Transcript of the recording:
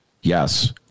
Yes